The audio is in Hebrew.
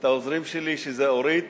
את העוזרים שלי, שזה אורית